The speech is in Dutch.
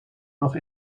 nog